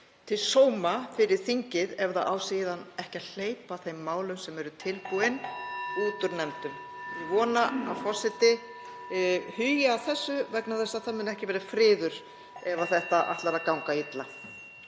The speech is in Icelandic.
til sóma fyrir þingið ef það á síðan ekki að hleypa þeim málum út úr nefndum sem eru tilbúin. Ég vona forseti hugi að þessu vegna þess að það mun ekki verða friður ef þetta ætlar að ganga illa.